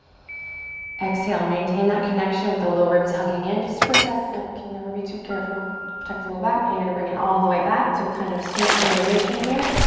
exhale, maintain that connection with the low ribs hugging in just to protect, and and can never be too careful. protect the low back, you're gonna bring it all the way back to a kind of sphinx variation here.